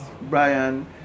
Brian